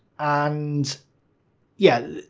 and yeah,